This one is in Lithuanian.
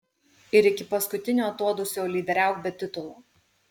ir iki paskutinio atodūsio lyderiauk be titulo